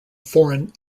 foreign